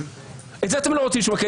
אתם לא רוצים לשמוע,